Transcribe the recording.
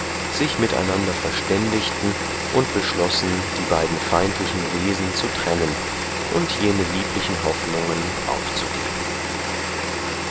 sich miteinander verständigten und beschlossen die beiden feindlichen wesen zu trennen und jene lieblichen hoffnungen aufzugeben